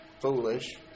foolish